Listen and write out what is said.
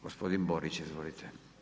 Gospodin Borić, izvolite.